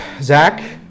Zach